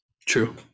true